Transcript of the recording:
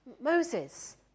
Moses